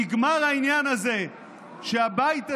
נגמר העניין הזה שהבית הזה,